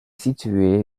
situé